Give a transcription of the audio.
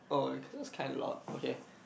okay cause that was kind of loud